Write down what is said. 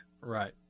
Right